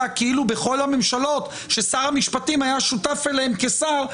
כאילו בכל הממשלות ששר המשפטים היה שותף אליהם כשר,